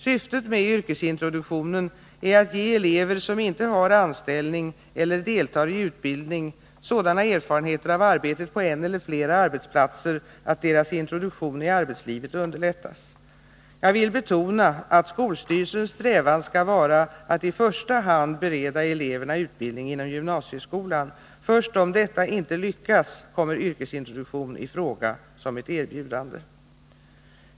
Syftet med yrkesintroduktionen är att ge elever som inte har anställning eller deltar i utbildning sådana erfarenheter av arbetet på en eller flera arbetsplatser att deras introduktion i arbetslivet underlättas. Jag vill betona att skolstyrelsens strävan skall vara att i första hand bereda eleverna utbildning inom gymnasieskolan. Först om detta inte lyckas, kommer yrkesintroduktion i fråga som ett erbjudande.